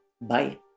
Bye